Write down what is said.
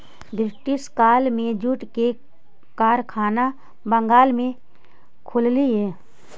British काल में jute के कारखाना बंगाल में खुललई